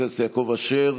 חבר הכנסת יעקב אשר,